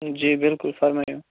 جی بِلکُل فرمٲیو